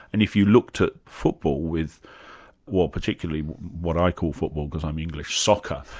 and if you looked at football, with well particularly what i call football because i'm english, soccer,